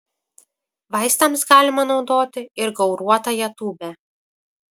vaistams galima naudoti ir gauruotąją tūbę